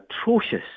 atrocious